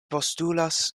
postulas